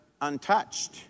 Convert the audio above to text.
untouched